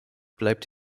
bleibt